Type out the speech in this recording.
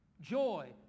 Joy